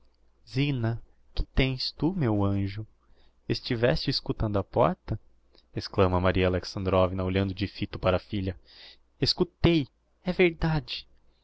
zina que tens tu meu anjo estiveste escutando á porta exclama maria alexandrovna olhando de fito para a filha escutei é verdade